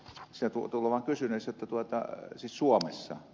se tuo tuloa kysyneen satatuhatta siis suomessa